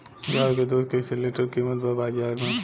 गाय के दूध कइसे लीटर कीमत बा बाज़ार मे?